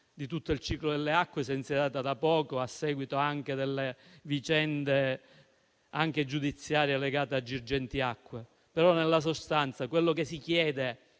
di tutto il ciclo delle acque, si è insediata da poco, a seguito anche delle vicende giudiziarie legate a Girgenti Acque. Però, nella sostanza, quello che si chiede,